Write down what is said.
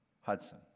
Hudson